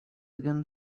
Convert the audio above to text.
again